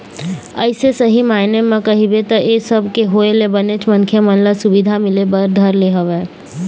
अइसे सही मायने म कहिबे त ऐ सब के होय ले बनेच मनखे मन ल सुबिधा मिले बर धर ले हवय